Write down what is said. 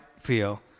feel